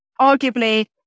arguably